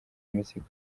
imizigo